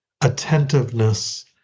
attentiveness